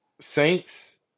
Saints